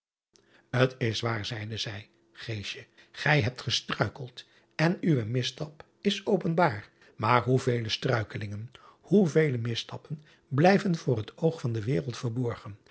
t s waar zeide zij gij hebt gestruikeld en uwe misstap is openbaar maar hoevele struikelingen hoevele misstappen blijven voor het oog van de wereld verborgen